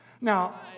Now